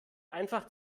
einfach